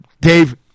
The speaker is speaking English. Dave